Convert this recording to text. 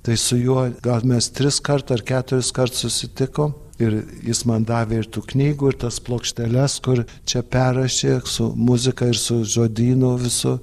tai su juo gal mes triskart ar keturiskart susitikom ir jis man davė ir tų knygų ir tas plokšteles kur čia perrašė su muzika ir su žodynu visu